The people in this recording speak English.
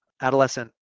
Adolescent